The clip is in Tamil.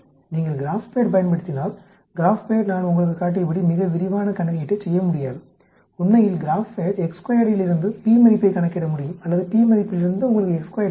நீங்கள் கிராப்பேட் பயன்படுத்தினால் கிராப்பேட் நான் உங்களுக்குக் காட்டியபடி மிக விரிவான கணக்கீட்டைச் செய்ய முடியாது உண்மையில் கிராப்பேட் விலிருந்து p மதிப்பைக் கணக்கிட முடியும் அல்லது p மதிப்பிலிருந்து உங்களுக்கு ஐத் தரும்